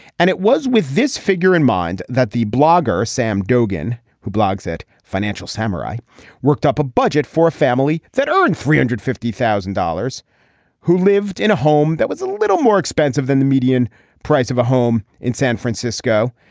and it was with this figure in mind that the blogger sam dogan who blogs at financial samurai worked up a budget for a family that earned three hundred fifty thousand dollars who lived in a home that was a little more expensive than the median price of a home in san francisco.